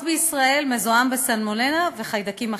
בישראל מזוהם בסלמונלה ובחיידקים אחרים.